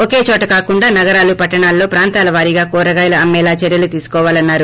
ఒకేచోట కాకుండా నగరాలు పట్లణాల్లో ప్రాంతాల వారీగా కూరగాయలు అమ్మేలా చర్యలు తీసుకోవాలన్నారు